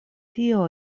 tio